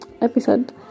episode